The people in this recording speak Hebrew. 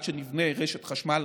עד שנבנה רשת חשמל